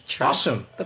awesome